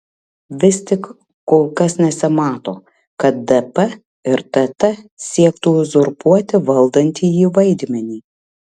vis tik kol kas nesimato kad dp ir tt siektų uzurpuoti valdantįjį vaidmenį